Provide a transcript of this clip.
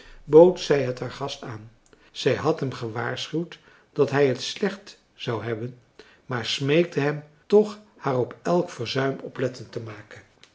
bood zij het haar gast aan zij had hem gewaarschuwd dat hij t slecht zou hebben maar smeekte hem toch haar op elk verzuim oplettend te maken